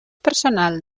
personal